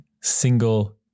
single